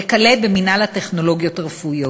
וכלה במינהל הטכנולוגיות הרפואיות.